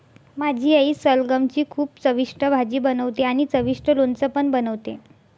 माझी आई सलगम ची खूपच चविष्ट भाजी बनवते आणि चविष्ट लोणचं पण बनवते